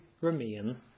remain